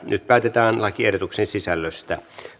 nyt päätetään lakiehdotuksen sisällöstä